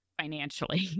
financially